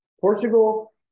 Portugal